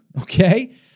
Okay